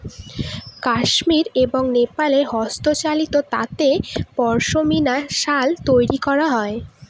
কাশ্মির এবং নেপালে হস্তচালিত তাঁতে পশমিনা শাল তৈরী করা হয়